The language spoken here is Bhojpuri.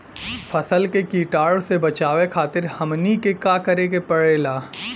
फसल के कीटाणु से बचावे खातिर हमनी के का करे के पड़ेला?